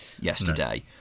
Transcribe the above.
yesterday